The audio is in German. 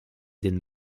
den